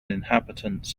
inhabitants